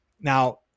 Now